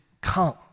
come